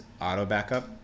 auto-backup